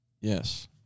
Yes